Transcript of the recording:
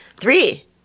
Three